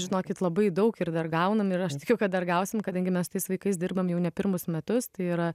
žinokit labai daug ir dar gaunam ir aš tikiu kad dar gausim kadangi mes tais vaikais dirbame jau ne pirmus metus tai yra